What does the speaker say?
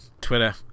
Twitter